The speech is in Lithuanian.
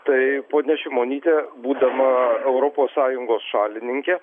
tai ponia šimonytė būdama europos sąjungos šalininke